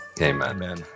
Amen